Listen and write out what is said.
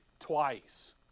Twice